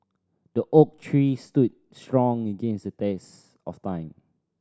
the oak tree stood strong against the test of time